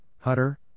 Hutter